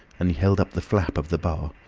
and he held up the flap of the bar.